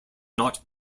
not